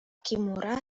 kimura